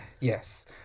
Yes